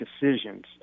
decisions